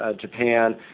Japan